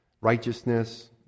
Righteousness